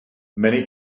many